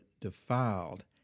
defiled